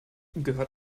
gehört